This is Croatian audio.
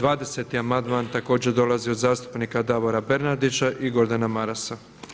20. amandman također dolazi od zastupnika Davora Bernardića i Gordana Marasa.